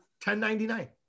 $10.99